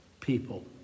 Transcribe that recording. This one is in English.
people